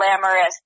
glamorous